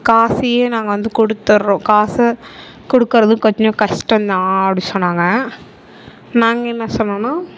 காசையே நாங்கள் வந்து கொடுத்துர்றோம் காசை கொடுக்கறது கொஞ்சம் கஷ்டம் தான் அப்படி சொன்னாங்க நாங்கள் என்ன சொன்னோன்னால்